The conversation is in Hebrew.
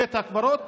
בית הקברות.